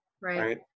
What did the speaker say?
Right